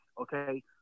okay